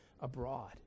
abroad